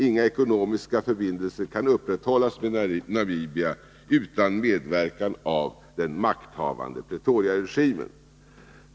Inga ekonomiska förbindelser kan under rådande sydafrikansk ockupation upprätthållas med Namibia utan medverkan av den makthavande Pretoriaregimen.